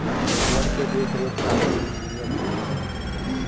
वन के देख रेख खातिर इंजिनियर भी होलन